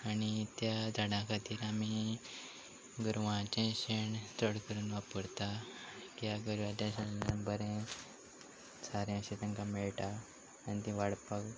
आनी त्या झाडां खातीर आमी गोरवांचें शेण चड करून वापरता कित्याक गोरवांच्या शेणांतल्यान बरें सारें अशें तांकां मेळटा आनी तीं वाडपाक